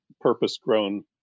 purpose-grown